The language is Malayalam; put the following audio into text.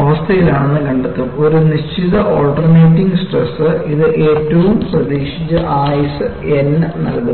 അവസ്ഥയിലാണെന്ന് കണ്ടെത്തും ഒരു നിശ്ചിത ആൾട്ടർനേറ്റിംഗ് സ്ട്രെസ്ന് ഇത് ഏറ്റവും പ്രതീക്ഷിച്ച ആയുസ്സ് N നൽകുന്നു